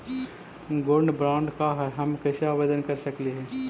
Gold bond का है, हम कैसे आवेदन कर सकली ही?